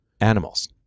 animals